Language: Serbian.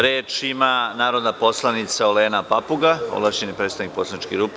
Reč ima narodna poslanica Olena Papuga, ovlašćeni predstavnik poslaničke grupe.